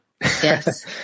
Yes